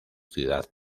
ciudad